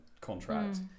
contract